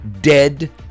dead